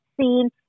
seen